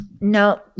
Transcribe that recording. No